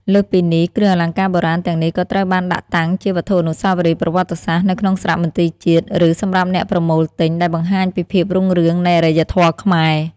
លើសពីនេះ គ្រឿងអលង្ការបុរាណទាំងនេះក៏ត្រូវបានដាក់តាំងជា វត្ថុអនុស្សាវរីយ៍ប្រវត្តិសាស្ត្រ នៅក្នុងសារមន្ទីរជាតិ ឬសម្រាប់អ្នកប្រមូលទិញ ដែលបង្ហាញពីភាពរុងរឿងនៃអរិយធម៌ខ្មែរ។